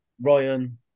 Ryan